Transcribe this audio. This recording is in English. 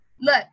look